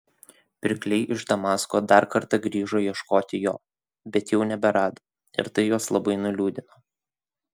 pirkliai iš damasko dar kartą grįžo ieškoti jo bet jau neberado ir tai juos labai nuliūdino